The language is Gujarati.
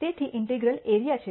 તેથી ઇન્ટિગ્રલ એરિયા છે